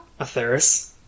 Atheris